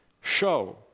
show